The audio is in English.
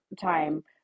time